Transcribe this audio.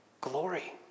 glory